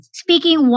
speaking